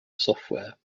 software